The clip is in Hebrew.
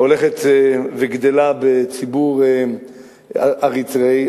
הולכת וגדלה בציבור אריתריאי,